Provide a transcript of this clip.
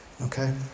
okay